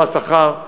לא השכר,